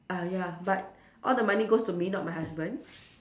ah ya but all the money goes to me not my husband